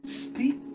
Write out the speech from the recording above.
speak